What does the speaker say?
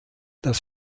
das